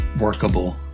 workable